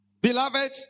Beloved